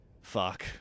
fuck